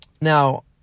Now